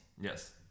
Yes